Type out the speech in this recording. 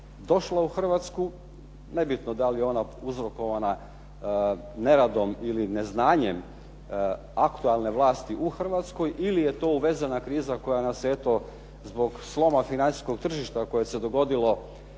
došla u Hrvatsku, nebitno da li je ona uzrokovana neradom ili neznanjem aktualne vlasti u Hrvatskoj ili je to uvezena kriza koja nas je eto zbog sloma financijskog tržišta koje se dogodilo